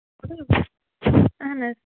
اہن حظ